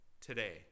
today